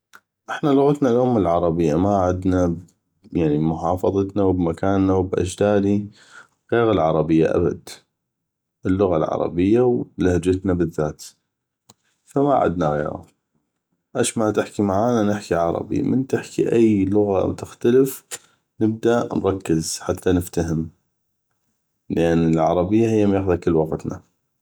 احنا لغتنا الام العربية ما عدنا بمحافظتنا وب اجدادي غيغ العربية ابد اللغة العربية ولهجتنا بالذات فما عدنا غيغه اش ما تحكي معانا نحكي عربي من تحكي غيغ لغة تختلف نبدا نركز لان العربية ميخذه كل وقتنا